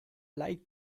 like